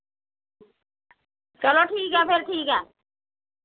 चलो ठीक ऐ फिर ठीक ऐ